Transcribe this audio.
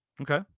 okay